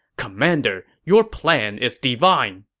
commander, your plan is divine!